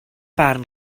barn